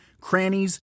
crannies